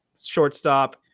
Shortstop